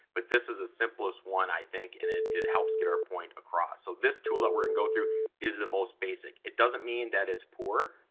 but this is a simplest one, i think, and it it helps get our point across. so, this tool that we're gonna and go through is the most basic. it doesn't mean that it's poor,